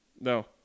No